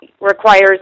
requires